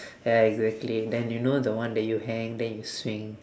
ya exactly then you know the one that you hang then you swing